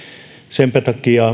senpä takia